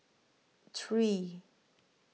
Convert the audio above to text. three